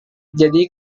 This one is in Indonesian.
jadi